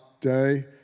day